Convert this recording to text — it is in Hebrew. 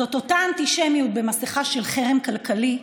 זאת אותה אנטישמיות במסכה של חרם כלכלי,